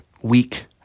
week